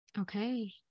Okay